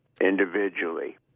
individually